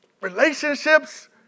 relationships